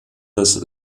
des